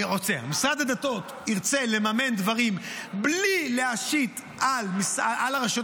אם משרד הדתות ירצה לממן דברים בלי להשית על הרשויות